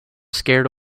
scared